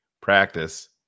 practice